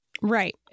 right